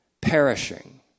perishing